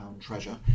treasure